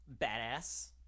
Badass